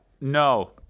No